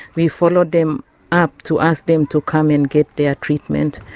we follow them up to ask them to come and get their treatment,